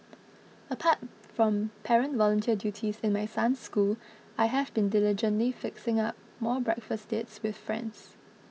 apart from parent volunteer duties in my son's school I have been diligently fixing up more breakfast dates with friends